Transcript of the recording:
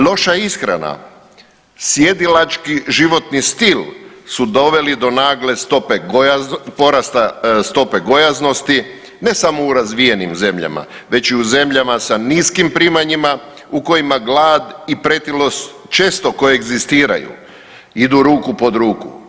Loša ishrana, sjedilački životni stil su doveli do nagle stope porasta stope gojaznosti ne samo u razvijenim zemljama već i u zemljama sa niskim primanjima u kojima glad i pretilost često koegzistiraju, idu ruku pod ruku.